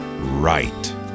right